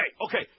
okay